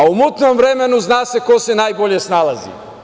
U mutnom vremenu zna se ko se najbolje snalazi.